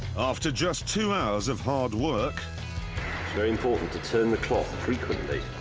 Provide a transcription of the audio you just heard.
after just two hours of hard work. it's very important to turn the cloth frequently.